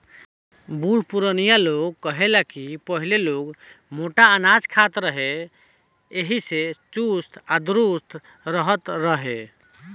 बुढ़ पुरानिया लोग कहे ला की पहिले लोग मोट अनाज खात रहे एही से चुस्त आ दुरुस्त रहत रहे